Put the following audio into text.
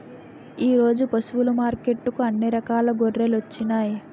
ఈరోజు పశువులు మార్కెట్టుకి అన్ని రకాల గొర్రెలొచ్చినాయ్